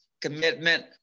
commitment